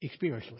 experientially